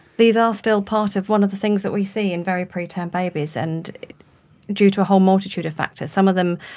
these are still part of one of the things that we see in a very preterm babies, and due to a whole multitude of factors, some of them